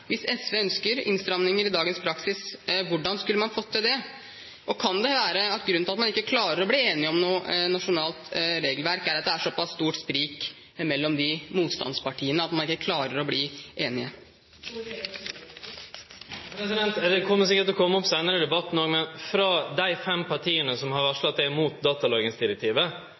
Hvis SV ønsker innstramminger i dagens praksis, hvordan skulle man få til det? Kan det være at grunnen til at man ikke klarer å bli enig om noe nasjonalt regelverk, er at det er såpass stort sprik mellom motstandspartiene, at man ikke klarer å bli enig? Det kjem sikkert til å kome opp seinare i debatten òg, men frå dei fem partia som har varsla at dei er imot datalagringsdirektivet,